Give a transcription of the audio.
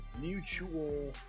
mutual